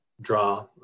draw